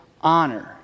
honor